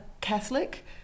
Catholic